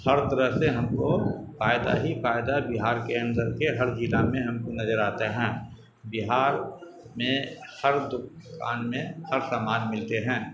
ہر طرح سے ہم کو فائدہ ہی فائدہ بہار کے اندر کے ہر ضلع میں ہم کو نظر آتے ہیں بہار میں ہر دوکان میں ہر سامان ملتے ہیں